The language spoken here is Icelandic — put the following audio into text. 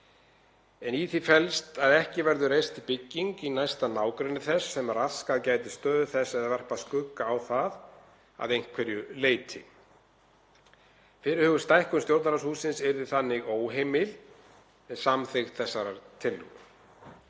Í því felst að ekki verður reist bygging í næsta nágrenni þess sem raskað gæti stöðu þess eða varpa skugga á það að einhverju leyti. Fyrirhuguð stækkun Stjórnarráðshússins yrði þannig óheimil með samþykkt þessarar tillögu.